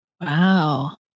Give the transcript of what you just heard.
Wow